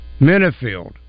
Minifield